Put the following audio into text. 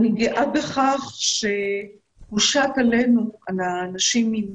אני גאה בכך שהושת עלינו, על הנשים עם